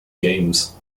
games